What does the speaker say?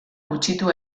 gutxitu